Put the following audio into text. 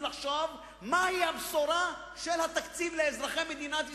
לחשוב מהי הבשורה של התקציב לאזרחי מדינת ישראל,